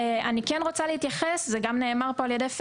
אני כן רוצה להתייחס וזה גם נאמר כאן על ידי עורך דין